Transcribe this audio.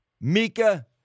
Mika